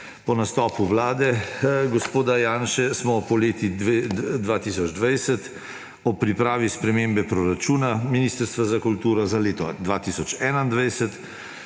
Po nastopu vlade gospoda Janše smo poleti 2020 ob pripravi spremembe proračuna Ministrstva za kulturo za leto 2021